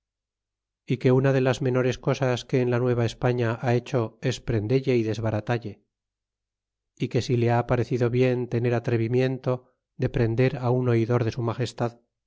e que una de las menores cosas que en lanuevaespaña ha hecho es prendelle y desbaratalle y que si le ha parecido bien tener atrevimiento de prenderá un oidor de su magestad